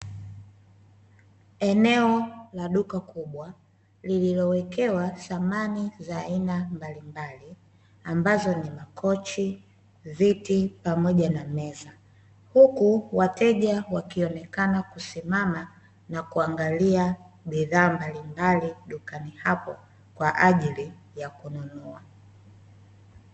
Eneo la duka kubwa lililowekewa thamani za aina mbalimbali, ambazo ni makochi, viti pamoja na meza; huku wateja wakionekana kusimama na kuangalia bidhaa mbalimbali dukani hapo, kwa ajili ya kununua.